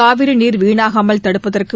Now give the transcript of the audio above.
காவிரி நீர் வீணாகாமல் தடுப்பதற்கு